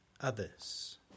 others